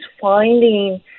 finding